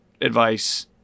advice